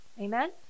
amen